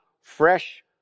fresh